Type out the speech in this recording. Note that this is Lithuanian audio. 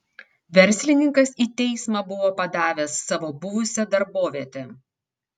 verslininkas į teismą buvo padavęs savo buvusią darbovietę